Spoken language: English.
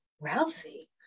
Ralphie